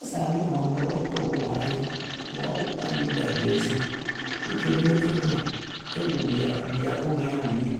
asabormie omhan nuwa bhor wo ki gha khian nuwa wo luemhin da egbe ese will wo kae eghia ewo ria oghialeb uyimhien